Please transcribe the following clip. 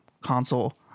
console